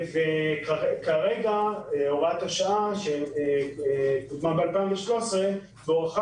הוראת השעה שקודמה ב-2013 מעבירה